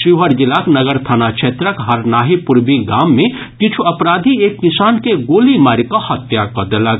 शिवहर जिलाक नगर थाना क्षेत्रक हरनाही पूर्वी गाम मे किछू अपराधी एक किसान के गोली मारि कऽ हत्या कऽ देलक